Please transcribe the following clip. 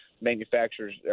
manufacturers